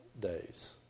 days